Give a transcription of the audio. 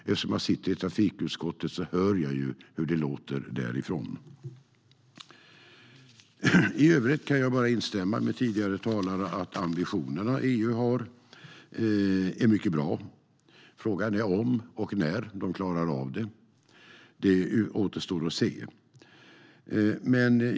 Eftersom jag sitter i trafikutskottet hör jag hur det låter därifrån. I övrigt kan jag bara instämma med tidigare talare: Ambitionerna som EU har är mycket bra. Frågan är om och när de klarar av det. Det återstår att se.